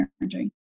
energy